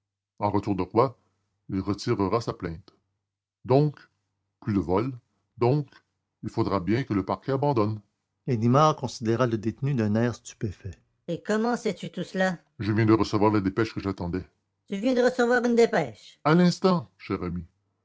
en retour de quoi il retirera sa plainte donc plus de vol donc il faudra bien que le parquet abandonne ganimard considéra le détenu d'un air stupéfait et comment savez-vous tout cela je viens de recevoir la dépêche que j'attendais vous venez de recevoir une dépêche à l'instant cher ami